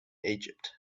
egypt